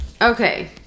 Okay